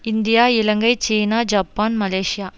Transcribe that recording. India Ilangai சீனா Japan Malaysia